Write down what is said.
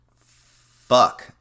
fuck